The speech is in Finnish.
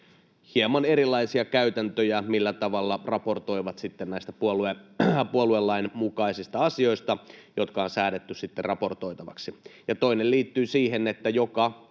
hieman erilaisia käytäntöjä siinä, millä tavalla ne raportoivat sitten näistä puoluelain mukaisista asioista, jotka on säädetty raportoitaviksi. Toinen liittyy siihen, että joka